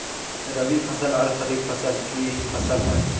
रवि फसल आर खरीफ फसल की फसल होय?